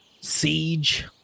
siege